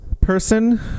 person